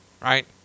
right